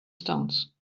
stones